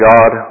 God